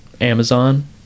Amazon